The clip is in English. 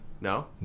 no